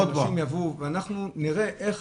שאנשים יבואו ואנחנו נראה איך